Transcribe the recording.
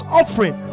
offering